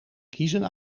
kiezen